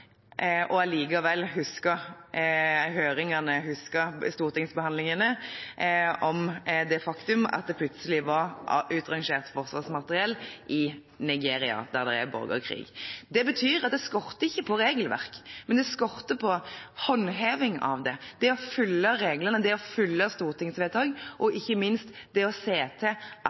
og allikevel huske høringene, huske stortingsbehandlingene om det faktum at det plutselig var utrangert forsvarsmateriell i Nigeria, der det er borgerkrig. Det betyr at det skorter ikke på regelverk, men det skorter på håndheving av det, det å følge reglene, det å følge stortingsvedtak og ikke minst å se til